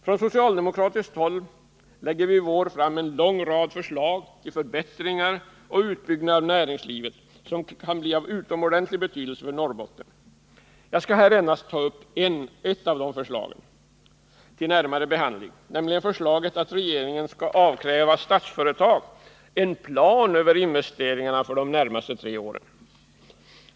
Från socialdemokratiskt håll lägger vi i vår fram en lång rad förslag till förbättringar och utbyggnader av näringslivet som kan bli av utomordentlig betydelse för Norrbotten. Jag skall här endast ta upp ett av de förslagen till närmare behandling, nämligen förslaget att regeringen skall avkräva Statsföretag en plan över investeringar för de närmaste tre åren.